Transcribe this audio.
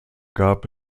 gab